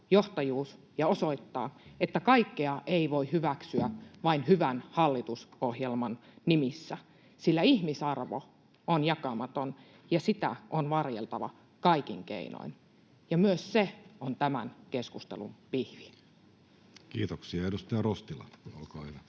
johtajuus ja osoittaa, että kaikkea ei voi hyväksyä vain hyvän hallitusohjelman nimissä, sillä ihmisarvo on jakamaton ja sitä on varjeltava kaikin keinoin, ja myös se on tämän keskustelun pihvi. Kiitoksia. — Edustaja Rostila, olkaa hyvä.